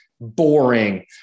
boring